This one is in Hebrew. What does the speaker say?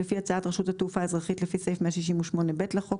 לפי הצעת רשות התעופה האזרחית לפי סעיף 168(ב) לחוק,